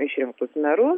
išrinktus merus